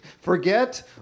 forget